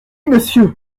monsieur